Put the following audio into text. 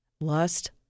Lust